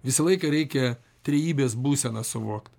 visą laiką reikia trejybės būseną suvokt